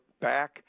back